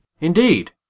Indeed